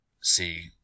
see